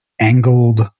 angled